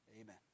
Amen